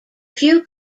few